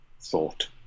thought